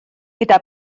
gyda